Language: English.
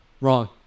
Wrong